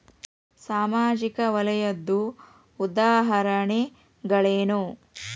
ಸಾಮಾಜಿಕ ವಲಯದ್ದು ಉದಾಹರಣೆಗಳೇನು?